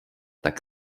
tak